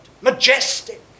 majestic